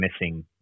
missing